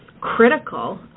critical